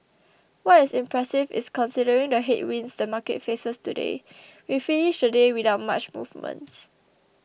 what is impressive is considering the headwinds the market faces today we finished the day without much movements